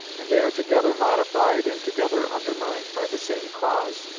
and they are together modified and together undermined by the same cause,